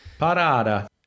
Parada